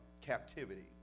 captivity